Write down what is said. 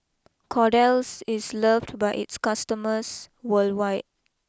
Kordel's is loved by its customers worldwide